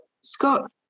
scott